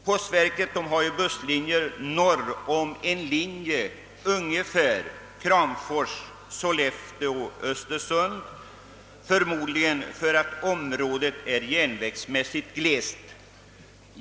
Postverket har ju busslinjer norr om en linje ungefär Kramfors—Sollefteå —Östersund, förmodligen för att området är glest försett med järnvägslinjer.